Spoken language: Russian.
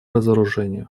разоружению